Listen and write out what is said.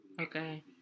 Okay